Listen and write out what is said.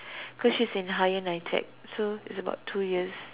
cause she's in higher Nitec so it's about two years